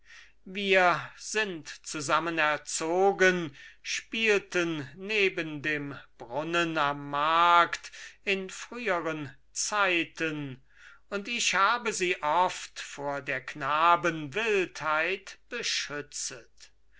wir sind zusammen erzogen spielten neben dem brunnen am markt in früheren zeiten und ich habe sie oft vor der knaben wildheit beschützet